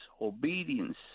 obedience